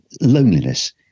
loneliness